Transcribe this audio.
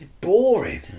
Boring